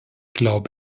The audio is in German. glaube